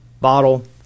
bottle